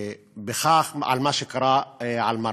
על מה שקרה על "מרמרה",